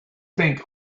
think